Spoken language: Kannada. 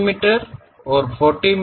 ಮೀ ನಿಂದ 40 ಮಿ